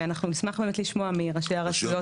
ואנחנו נשמח באמת לשמוע מראשי הרשויות.